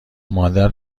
مادر